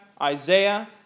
Isaiah